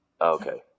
Okay